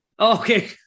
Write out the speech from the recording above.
Okay